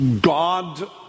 God